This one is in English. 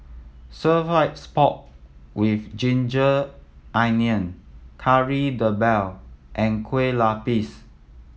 stir fries pork with ginger onion Kari Debal and Kueh Lupis